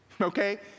Okay